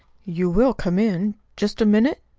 you will come in, just a minute?